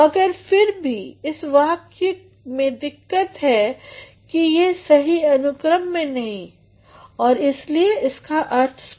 मगर फिर इस वाक्य में दिक्कत ये है कि यह सही अनुक्रम में नहीं है और इसलिए इसका अर्थ स्पष्ट नहीं